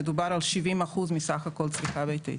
מדובר על 70 אחוזים מסך כל הצריכה הביתית.